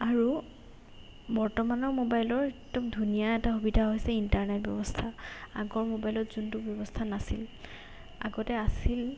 আৰু বৰ্তমানৰ মোবাইলৰ একদম ধুনীয়া এটা সুবিধা হৈছে ইণ্টাৰনেট ব্যৱস্থা আগৰ মোবাইলত যোনটো ব্যৱস্থা নাছিল আগতে আছিল